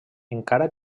encara